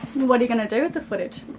what are you gonna do with the footage?